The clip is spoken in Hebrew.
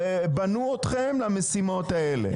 בנו אתכם למשימות האלה.